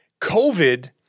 covid